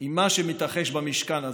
עם מה שמתרחש במשכן הזה,